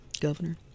governor